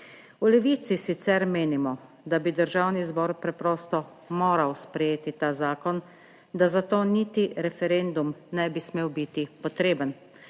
V Levici sicer menimo, da bi Državni zbor preprosto moral sprejeti ta zakon, da za to niti referendum ne bi smel biti potreben,